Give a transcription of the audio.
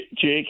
Jake